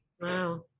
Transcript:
Wow